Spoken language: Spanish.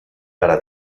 para